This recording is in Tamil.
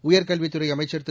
உயர்கல்வித்துறை அமைச்சர் திரு